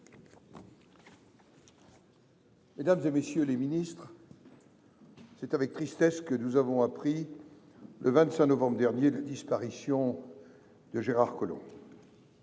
Mesdames, messieurs les ministres, mes chers collègues, c’est avec tristesse que nous avons appris, le 25 novembre dernier, la disparition de Gérard Collomb.